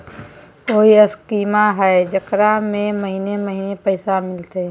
कोइ स्कीमा हय, जेकरा में महीने महीने पैसा मिलते?